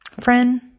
Friend